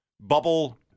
bubble